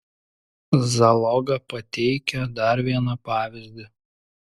zaloga pateikia dar vieną pavyzdį